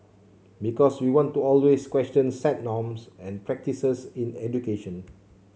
because we want to always question set norms and practices in education